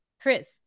chris